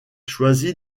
choisit